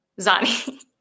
Zani